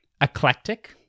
eclectic